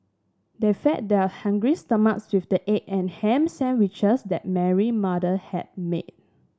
they fed their hungry stomachs with the egg and ham sandwiches that Mary mother had made